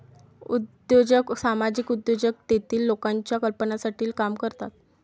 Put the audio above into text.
उद्योजक सामाजिक उद्योजक तेतील लोकांच्या कल्याणासाठी काम करतात